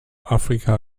afrika